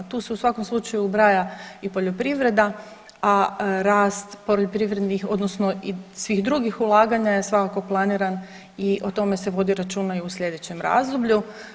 Tu se u svakom slučaju ubraja i poljoprivreda, a rast poljoprivrednih odnosno i svih drugih ulaganja je svakako planiran i o tome se vodi računa i u sljedećem razdoblju.